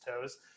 toes